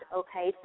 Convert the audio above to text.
okay